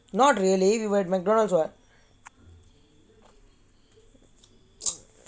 not really we were at McDonald's [what]